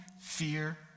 fear